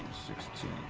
sixteen,